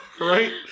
Right